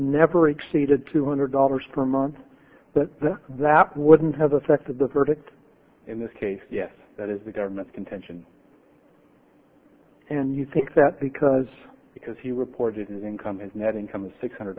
never exceeded two hundred dollars per month that wouldn't have affected the verdict in this case yes that is the government's contention and you think that because because he reported income as net income six hundred